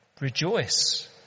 rejoice